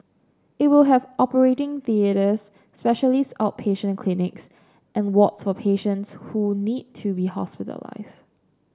it will have operating theatres specialist outpatient clinics and wards for patients who need to be hospitalised